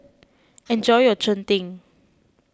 enjoy your Cheng Tng